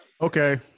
Okay